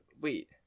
Wait